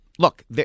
Look